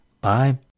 Bye